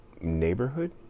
neighborhood